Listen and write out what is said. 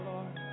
Lord